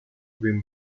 been